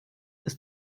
ist